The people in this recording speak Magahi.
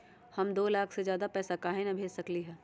हम दो लाख से ज्यादा पैसा काहे न भेज सकली ह?